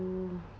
~o